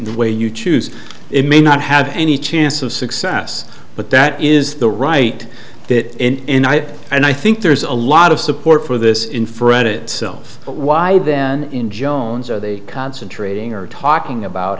the way you choose it may not have any chance of success but that is the right that in and i think there's a lot of support for this in fred it self but why then in jones are they concentrating or talking about